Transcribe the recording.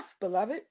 beloved